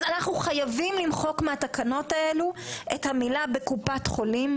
אנחנו חייבים למחוק מהתקנות האלה את המילה - בקופת חולים,